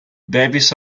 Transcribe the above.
davis